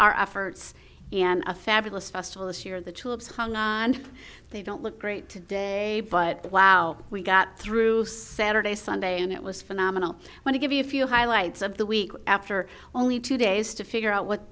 our efforts and a fabulous festival this year the troops hung on they don't look great today but wow we got through saturday sunday and it was phenomenal when i give you a few highlights of the week after only two days to figure out what